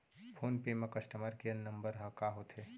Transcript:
Phone पे म customer care number ह का होथे?